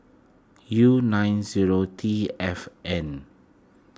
U nine zero T F N